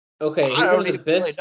Okay